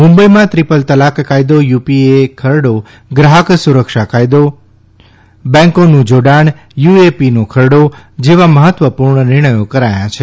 મુંબઇમાં દ્રીપલ તલાક કાયદો યુએપીએ ખરડો ગ્રાહક સુરક્ષા કાથદો બેન્કોનું જાડાણ જેવા મહત્વપૂર્ણ નિર્ણયો કરાયા છે